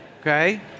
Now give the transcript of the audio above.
Okay